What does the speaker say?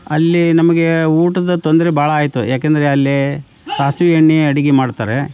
ಅಲ್ಲಿ ನಮಗೆ ಊಟದ ತೊಂದರೆ ಭಾಳಾಯಿತು ಯಾಕೆಂದ್ರೆ ಅಲ್ಲಿ ಸಾಸಿವೆ ಎಣ್ಣೆ ಅಡಿಗೆ ಮಾಡ್ತಾರೆ